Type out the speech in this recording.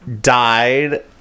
died